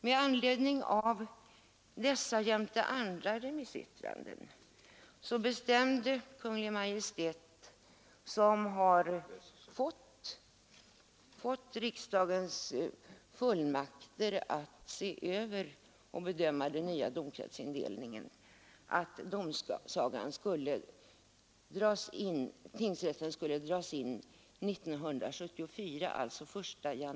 Med anledning av dessa och andra remissyttranden bestämde Kungl. Maj:t, som har fått riksdagens fullmakt att se över och bedöma den nya domkretsindelningen, att tingsrätten skulle dras in den 1 januari 1974.